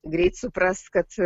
greit supras kad